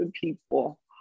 people